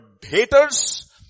haters